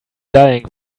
dying